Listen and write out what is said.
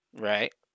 right